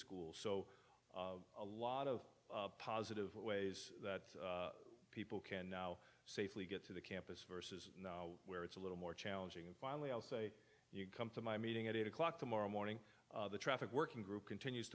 school so a lot of positive ways that people can now safely get to the campus versus where it's a little more challenging and finally i'll say you come to my meeting at eight o'clock tomorrow morning the traffic working group continues